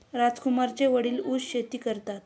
राजकुमारचे वडील ऊस शेती करतात